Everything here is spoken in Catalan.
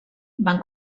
van